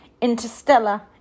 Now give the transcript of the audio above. Interstellar